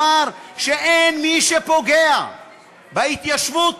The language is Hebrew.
אמר שאין מי שפוגע בהתיישבות